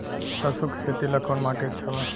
सरसों के खेती ला कवन माटी अच्छा बा?